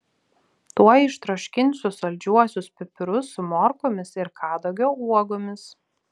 tuoj ištroškinsiu saldžiuosius pipirus su morkomis ir kadagio uogomis